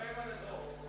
תגיד אברמל'ה צרצור.